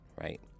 Right